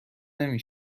نمی